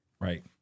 Right